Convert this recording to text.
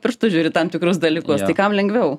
pirštus žiūri į tam tikrus dalykus tai kam lengviau